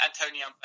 Antonio